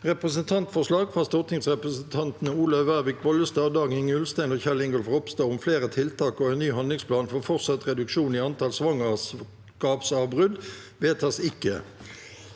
Representantforslag fra stortingsrepresentantene Olaug Vervik Bollestad, Dag-Inge Ulstein og Kjell Ingolf Ropstad om flere tiltak og en ny handlingsplan for fortsatt reduksjon i antall svangerskapsavbrudd – vedtas ikke.